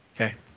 Okay